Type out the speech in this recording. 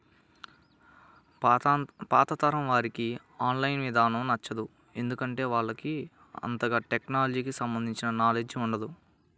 పాతతరం వాళ్లకి online ఇదానం నచ్చదు, ఎందుకంటే వాళ్లకు అంతగాని టెక్నలజీకి సంబంధించిన నాలెడ్జ్ ఉండదు